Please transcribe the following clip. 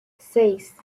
seis